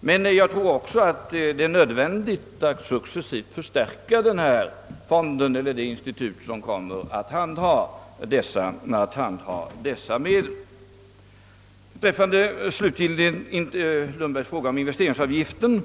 Men jag tror också att det är nödvändigt att successivt ge förstärkningar till det institut som kommer att handha dessa medel. Herr Lundberg frågade slutligen,